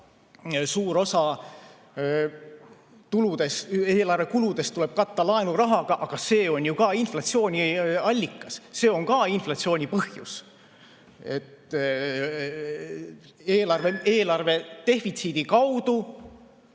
Suur osa eelarve kuludest tuleb katta laenurahaga, aga see on ju ka inflatsiooni allikas, inflatsiooni põhjus. Eelarve defitsiidi kaudu